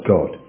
God